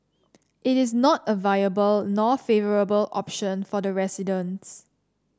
it is not a viable nor favourable option for the residents